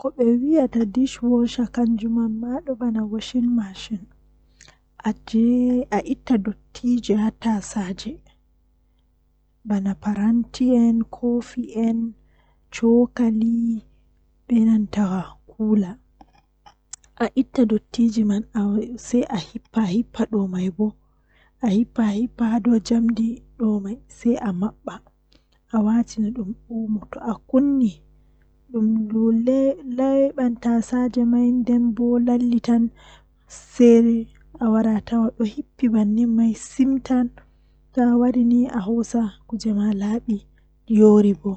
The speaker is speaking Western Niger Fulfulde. Fijirde jei burdaa yiduki sembe kanjum woni fijirde jei habre bana boksin malla reksilin ngam kanjum do doole anaftira be sembe ma haa babal wadugo dow anaftirai be sembe ma be fiya ma malla be nawna ma fijirde jei buri hoyugo bo kanjum woni fijirde kaati malla lido jei ondo joodi yerba kaati malla kujeeji.